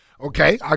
Okay